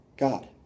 God